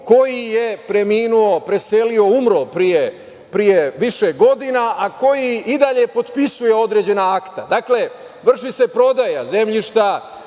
koji je preminuo, preselio, umro pre više godina, a koji i dalje potpisuje određena akta. Dakle, vrši se prodaja zemljišta,